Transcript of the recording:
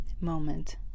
moment